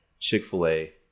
Chick-fil-A